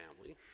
family